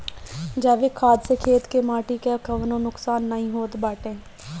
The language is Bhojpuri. जैविक खाद से खेत के माटी कअ कवनो नुकसान नाइ होत बाटे